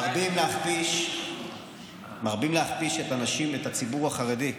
מרבים להכפיש את הנשים ואת הציבור החרדי,